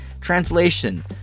Translation